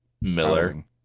Miller